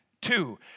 Two